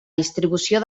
distribució